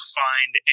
find